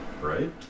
Right